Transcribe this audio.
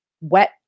wet